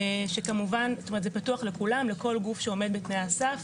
זה פתוח לכל גוף שעומד בתנאי הסף,